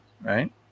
right